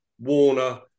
Warner